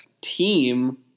team